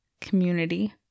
community